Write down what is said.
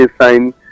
sign